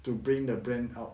to bring the brand out